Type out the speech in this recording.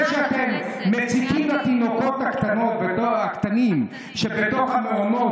זה שאתם מציקים לתינוקות הקטנים שבתוך המעונות,